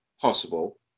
possible